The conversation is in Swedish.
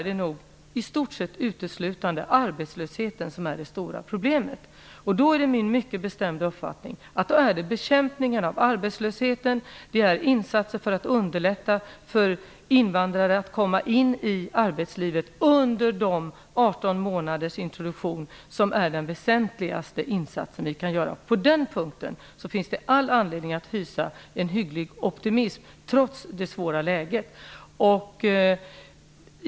De får svenskundervisning och möjlighet att introduceras i Min mycket bestämda uppfattning är att det väsentligaste vi kan göra är att bekämpa arbetslösheten och underlätta för invandrare att komma in i arbetslivet under den 18 månader långa introduktionen. På den punkten finns det all anledning att hysa en hygglig optimism, trots det svåra läget.